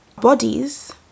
Bodies